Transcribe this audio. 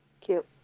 Cute